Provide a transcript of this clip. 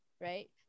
right